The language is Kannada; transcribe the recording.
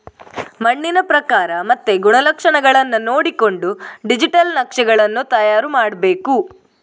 ಮಣ್ಣಿನ ಪ್ರಕಾರ ಮತ್ತೆ ಗುಣಲಕ್ಷಣಗಳನ್ನ ನೋಡಿಕೊಂಡು ಡಿಜಿಟಲ್ ನಕ್ಷೆಗಳನ್ನು ತಯಾರು ಮಾಡ್ಬೇಕು